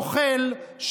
נוכל,